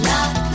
Love